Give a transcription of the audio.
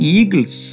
Eagles